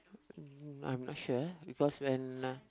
mm I am not sure because when uh